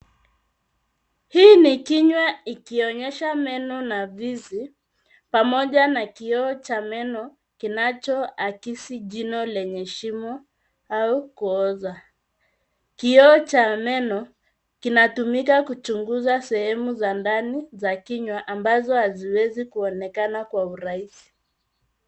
Hii ni kinywa ikionyesha meno na fizi pamoja na kioo cha meno kinachoakisi jino lenye shimo au kuoza. Kioo cha meno kinatumika kuchunguza sehemu za ndani za kinywa ambazo haziwezi kuonekana kwa urahisi.